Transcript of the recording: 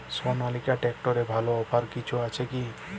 সনালিকা ট্রাক্টরে ভালো অফার কিছু আছে কি?